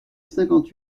cinquante